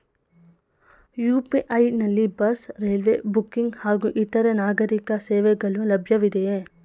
UPI ನಲ್ಲಿ bus, railway booking ಹಾಗೂ ಇತರೆ ನಾಗರೀಕ ಸೇವೆಗಳು ಲಭ್ಯವಿದೆಯೇ?